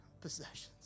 possessions